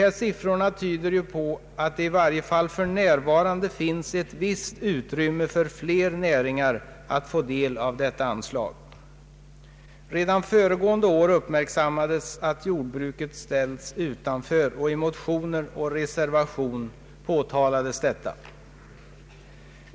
Dessa siffror tyder på att det i varje fall för närvarande finns ett visst utrymme för fler näringar att få del av detta anslag. Redan föregående år uppmärksammades att jordbruket ställts utanför, och i motioner och reservation påtalades detta.